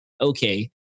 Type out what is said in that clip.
okay